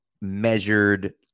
measured